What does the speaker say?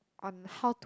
on how